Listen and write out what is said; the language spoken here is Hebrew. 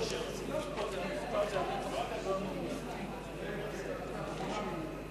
משוחררים (תיקון מס' 11) (הרחבת זכאות לקבלת מענק),